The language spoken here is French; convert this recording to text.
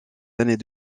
années